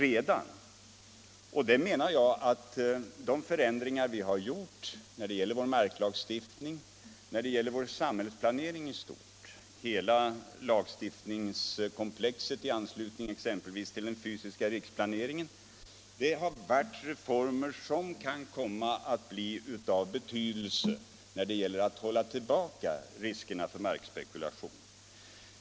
Jag menar att de förändringar vi har gjort när det gäller vår marklagstiftning och vår samhällsplanering i stort — exempelvis hela lagstiftningskomplexet i anslutning till den fysiska riksplaneringen — har varit reformer som kan komma att bli av betydelse när det gäller att hålla tillbaka riskerna för markspekulation.